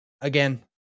Again